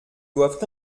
doivent